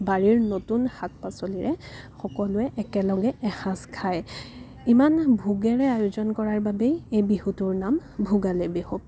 বাৰীৰ নতুন শাক পাচলিৰে সকলোৱে একেলগে এসাঁজ খায় ইমান ভোগেৰে আয়োজন কৰাৰ বাবেই এই বিহুটোৰ নাম ভোগালী বিহু